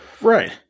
Right